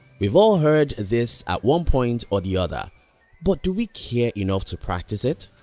we've all heard this at one point or the other but do we care enough to practice it?